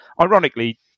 Ironically